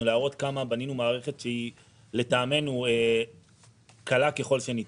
להראות כמה בנינו מערכת שהיא לטעמנו קלה ככל שניתן.